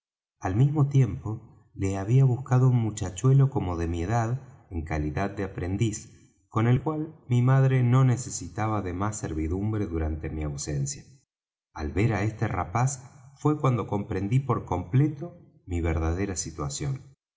al mismo tiempo le había buscado un muchachuelo como de mi edad en calidad de aprendiz con el cual mi madre no necesitaba de más servidumbre durante mi ausencia al ver á este rapaz fué cuando comprendí por completo mi verdadera situación